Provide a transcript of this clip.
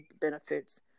benefits